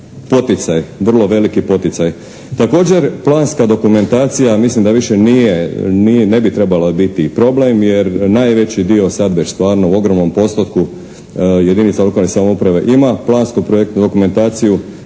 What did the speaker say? poticaj, vrlo veliki poticaj. Također planska dokumentacija mislim da više nije, ne bi trebala biti problem, jer najveći dio sad već stvarno u ogromnom postotku jedinica lokalne samouprave ima plansko-projektnu dokumentaciju